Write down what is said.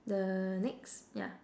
the next ya